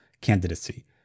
candidacy